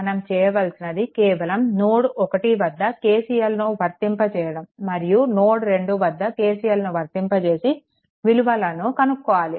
మనం చేయవలసినది కేవలం నోడ్1 వద్ద KCL ను వర్తింపజేయడం మరియు నోడ్2 వద్ద KCLను వర్తింపజేసి విలువలని కనుక్కోవాలి